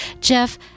Jeff